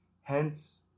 Hence